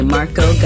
Marco